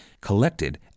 collected